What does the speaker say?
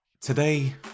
Today